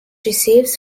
receives